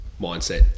mindset